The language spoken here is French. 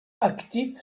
actif